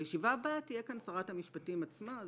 בישיבה הבאה תהיה כאן שרת המשפטים עצמה,